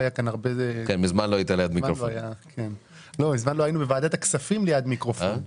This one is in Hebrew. מזמן לא היינו בוועדת הכספים ליד מיקרופון.